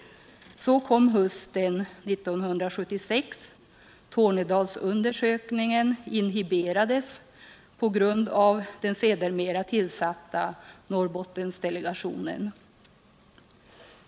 Så kom hösten 1976. Tornedalsundersökningen inhiberades på grund av den sedermera tillsatta Norrbottendelegationen.